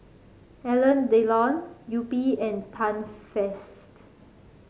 Alain Delon Yupi and Too Faced